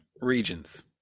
regions